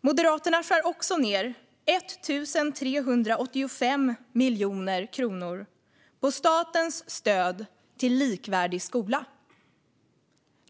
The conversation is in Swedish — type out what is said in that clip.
Moderaterna skär också ned 1 385 miljoner kronor på statens stöd till likvärdig skola.